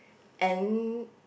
and